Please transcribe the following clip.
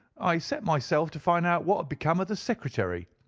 i set myself to find out what become of the secretary.